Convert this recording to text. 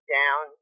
down